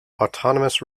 autonomous